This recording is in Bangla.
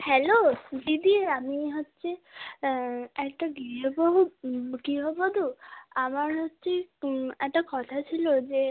হ্যালো দিদি আমি হচ্ছে একটা গৃহবহু গৃহবধূ আমার হচ্ছে একটা কথা ছিলো যে